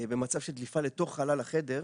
במצב של דליפה לתוך חלל החדר,